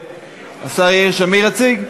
שמיר, השר יאיר שמיר יציג?